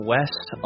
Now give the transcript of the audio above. West